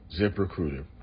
ZipRecruiter